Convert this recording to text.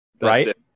right